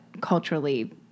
culturally